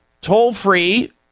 toll-free